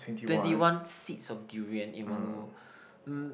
twenty one seeds of durian in one go um